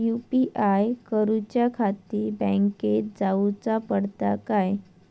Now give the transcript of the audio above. UPI करूच्याखाती बँकेत जाऊचा पडता काय?